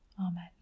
Amen